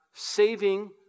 Saving